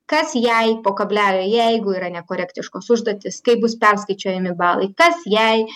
kas jei po kablelio jeigu yra nekorektiškos užduotys kaip bus perskaičiuojami balai kas jei